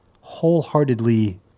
wholeheartedly